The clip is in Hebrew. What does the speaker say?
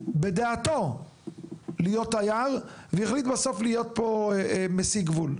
בדעתו להיות דייר והחליט בסוף להיות פה מסיג גבול,